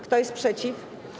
Kto jest przeciw?